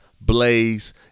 Blaze